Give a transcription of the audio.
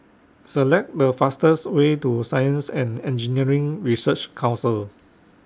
Select The fastest Way to Science and Engineering Research Council